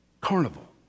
Carnival